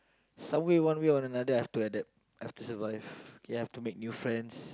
someway one way or another I've to adapt I've to survive you have to make new friends